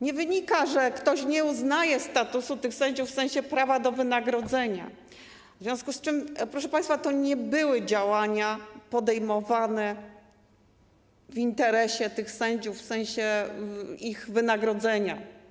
nie wynika, że ktoś nie uznaje statusu tych sędziów w sensie prawa do wynagrodzenia, w związku z czym to nie były działania podejmowane w interesie tych sędziów w sensie ich wynagrodzenia.